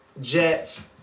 Jets